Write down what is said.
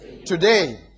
Today